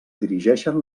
dirigeixen